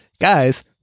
guys